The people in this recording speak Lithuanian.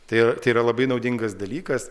tai tai yra labai naudingas dalykas